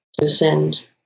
descend